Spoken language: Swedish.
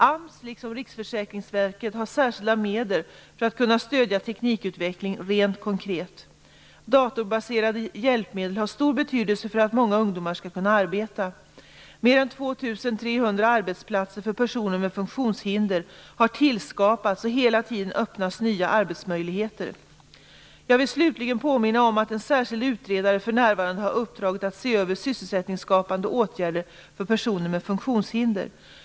AMS, liksom Riksförsäkringsverket, har särskilda medel för att kunna stödja teknikutveckling rent konkret. Datorbaserade hjälpmedel har stor betydelse för att många ungdomar skall kunna arbeta. Mer än 2 300 arbetsplatser för personer med funktionshinder har tillskapats, och hela tiden öppnas nya arbetsmöjligheter. Jag vill slutligen påminna om att en särskild utredare för närvarande har uppdraget att se över sysselsättningsskapande åtgärder för personer med funktionshinder.